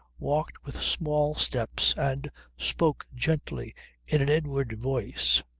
walked with small steps and spoke gently in an inward voice.